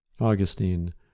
Augustine